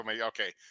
Okay